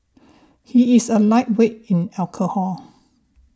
he is a lightweight in alcohol